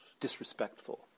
disrespectful